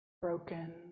broken